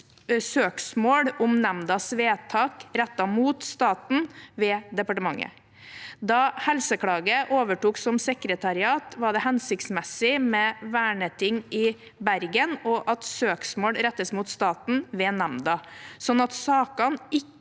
søksmål om nemndas vedtak rettet mot staten ved departementet. Da Helseklage overtok som sekretariat, var det hensiktsmessig med verneting i Bergen og at søksmål rettes mot staten ved nemnda, slik at sakene ikke